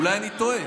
אולי אני טועה.